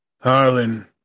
Harlan